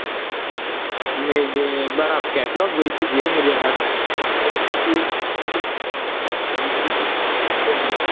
مجھے ایک بار آپ کیٹلاگ بھیج دیجیے مجھے ہر